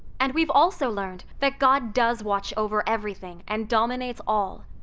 and we've also learned that god does watch over everything and dominates all.